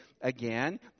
again